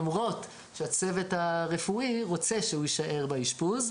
למרות שהצוות הרפואי רוצה שהוא יישאר באשפוז.